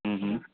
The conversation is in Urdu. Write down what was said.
ہوں ہوں